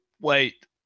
wait